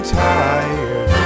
tired